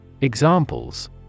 Examples